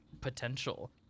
potential